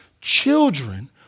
children